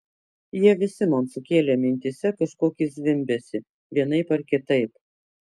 jie visi man sukėlė mintyse kažkokį zvimbesį vienaip ar kitaip